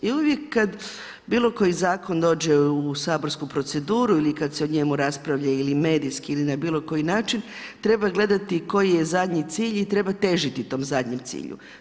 I uvijek kad bilo koji zakon, dođe u saborsku proceduru, ili kad se o njemu raspravlja ili medijski ili na bilo koji način, treba gledati, koji je zadnji cilj i treba težiti tom zadnjem cilju.